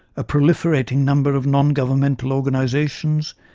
a proliferating number of non-governmental organisations,